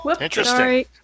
Interesting